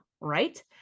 right